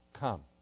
Come